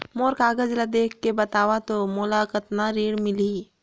मोर कागज ला देखके बताव तो मोला कतना ऋण मिलही?